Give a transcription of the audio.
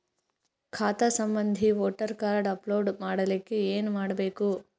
ಖಾತಾ ಸಂಬಂಧಿ voter card upload ಮಾಡಲಿಕ್ಕೆ ಏನ ಮಾಡಬೇಕು?